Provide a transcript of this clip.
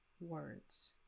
words